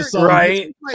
Right